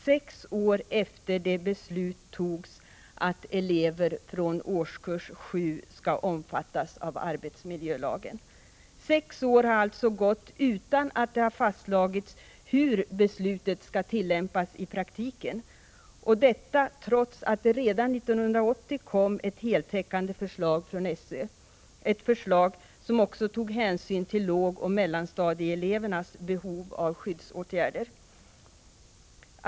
Sex år har alltså gått utan att det fastslagits hur beslutet skall tillämpas i praktiken, detta trots att det redan 1980 kom ett heltäckande förslag från SÖ — ett förslag som också tog hänsyn till lågoch mellanstadieelevernas behov av skyddsåtgärder.